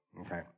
okay